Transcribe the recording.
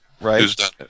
right